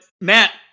Matt